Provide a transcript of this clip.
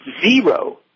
zero